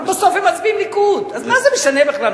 אבל בסוף הם מצביעים ליכוד, אז מה זה משנה בכלל?